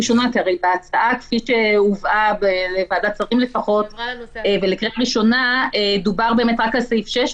בהצעה שהובאה לפחות לוועדת שרים ולקריאה ראשונה דובר רק על סעיף 6,